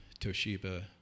Toshiba